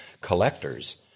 collectors